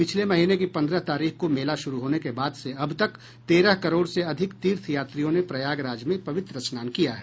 पिछले महीने की पंद्रह तारीख को मेला शुरू होने के बाद से अब तक तेरह करोड़ से अधिक तीर्थयात्रियों ने प्रयागराज में पवित्र स्नान किया है